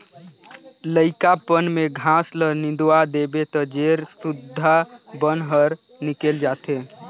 लइकापन में घास ल निंदवा देबे त जेर सुद्धा बन हर निकेल जाथे